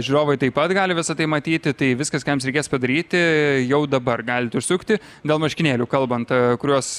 žiūrovai taip pat gali visa tai matyti tai viskas ką reikės padaryti jau dabar galit užsukti dėl marškinėlių kalbant kuriuos